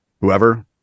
whoever